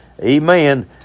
Amen